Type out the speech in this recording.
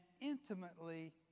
intimately